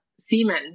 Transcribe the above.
seamen